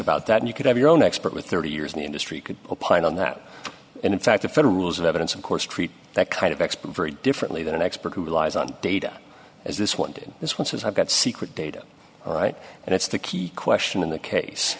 about that and you could have your own expert with thirty years in the industry could opine on that and in fact the federal rules of evidence of course treat that kind of expert very differently than an expert who relies on data as this one did this once i've got secret data all right and it's the key question in the case